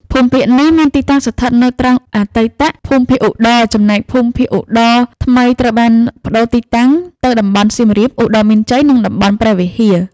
ភូមិភាគនេះមានទីតាំងស្ថិតនៅ ត្រង់អតីតភូមិភាគឧត្តរ ចំណែកភូមិភាគឧត្តរថ្មីត្រូវបានប្តូរទីតាំងទៅតំបន់សៀមរាប-ឧត្តរមានជ័យ និងតំបន់ព្រះវិហារ។